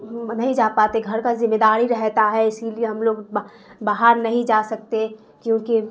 نہیں جا پاتے گھر کا ذمہ داری رہتا ہے اسی لیے ہم لوگ باہر نہیں جا سکتے کیونکہ